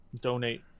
donate